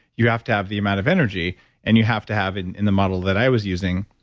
you have to have the amount of energy and you have to have it in the model that i was using,